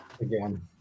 again